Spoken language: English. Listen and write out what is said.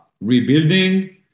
rebuilding